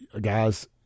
guys